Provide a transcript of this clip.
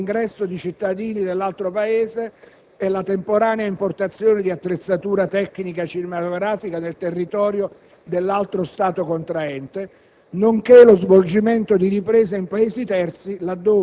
Ulteriori norme del provvedimento autorizzano poi l'ingresso di cittadini dell'altro Paese e la temporanea importazione di attrezzatura tecnica cinematografica nel territorio dell'altro Stato contraente,